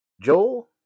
Joel